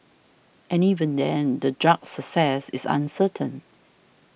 and even then the drug's success is uncertain